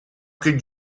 could